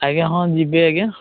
ଆଜ୍ଞା ହଁ ଯିବି ଆଜ୍ଞା